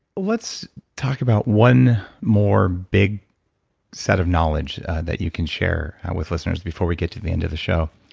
let's talk about one more big set of knowledge that you can share with listeners before we get to the end of the show.